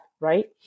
Right